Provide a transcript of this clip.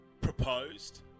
Proposed